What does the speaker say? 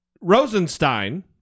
Rosenstein